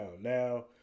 Now